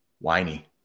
whiny